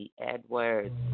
Edwards